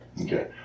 Okay